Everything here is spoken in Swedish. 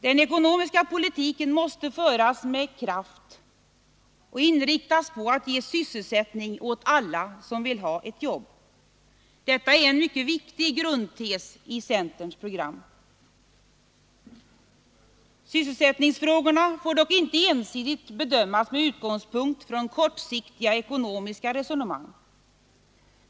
Den ekonomiska politiken måste föras med kraft och inriktning på att ge sysselsättning åt alla som vill ha ett jobb. Detta är en mycket viktig grundtes i centerns program. Sysselsättningsfrågorna får dock inte ensidigt bedömas med utgångspunkt i kortsiktiga ekonomiska resonemang.